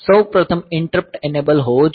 સૌ પ્રથમ interrupt enable હોવો જોઈએ